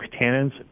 tannins